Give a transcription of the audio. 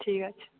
ঠিক আছে